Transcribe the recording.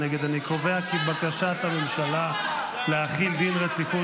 אני קובע כי בקשת הממשלה להחיל דין רציפות